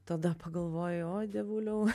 tada pagalvojau o dievuliau